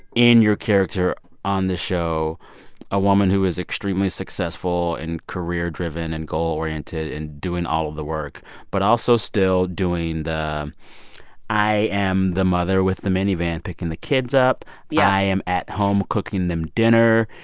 in your character on this show a woman who is extremely successful and career-driven and goal-oriented and doing all of the work but also still doing the i am the mother with the minivan picking the kids up yeah i am at home cooking them dinner.